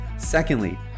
secondly